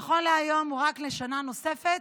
נכון להיום הוא רק לשנה נוספת,